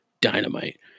Dynamite